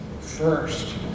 first